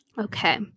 Okay